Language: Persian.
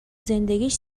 زندگیش